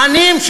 העניים,